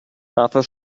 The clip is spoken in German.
dafür